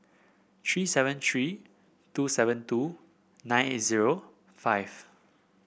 three seven three two seven two nine eight zero five